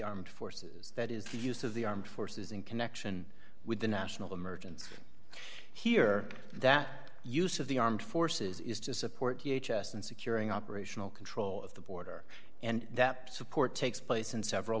armed forces that is the use of the armed forces in connection with a national emergency here that use of the armed forces is to support the h s and securing operational control of the border and that support takes place in several